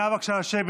נא לשבת,